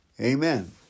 Amen